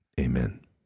Amen